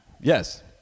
Yes